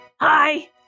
Hi